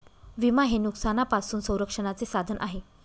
विमा हे नुकसानापासून संरक्षणाचे साधन आहे